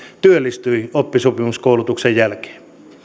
työllistyi oppisopimuskoulutuksen jälkeen